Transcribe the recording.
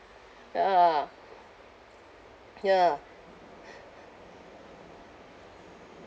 ah ya